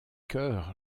chœurs